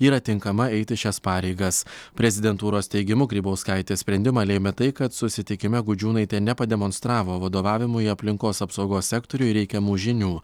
yra tinkama eiti šias pareigas prezidentūros teigimu grybauskaitės sprendimą lėmė tai kad susitikime gudžiūnaitė nepademonstravo vadovavimui aplinkos apsaugos sektoriui reikiamų žinių